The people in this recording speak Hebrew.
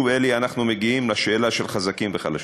ושוב, אלי, אנחנו מגיעים לשאלה של חזקים וחלשים.